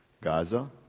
Gaza